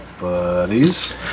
buddies